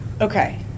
Okay